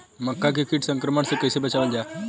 मक्का के कीट संक्रमण से कइसे बचावल जा?